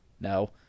No